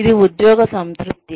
ఇది ఉద్యోగ సంతృప్తి